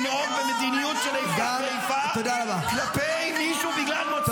----- לנהוג במדיניות של איפה ואיפה כלפי מישהו בגלל מוצאו.